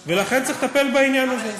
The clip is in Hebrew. לכן, צריך לטפל בעניין הזה.